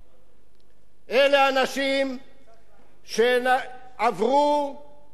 אלה אנשים שעברו מה שבן תמותה,